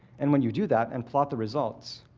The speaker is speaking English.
and when you do that, and plot the results,